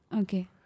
Okay